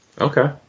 Okay